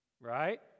right